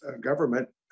government